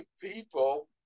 people